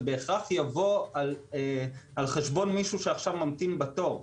בהכרח יבוא על חשבון מישהו שעכשיו ממתין בתור.